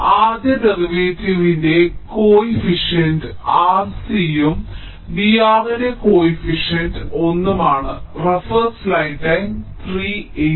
അതിനാൽ ആദ്യ ഡെറിവേറ്റീവിന്റെ കോഎഫിഷ്യന്റ് R c ഉം V R ന്റെ കോഫിഷ്യന്റ് 1 ഉം ആണ്